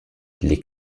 les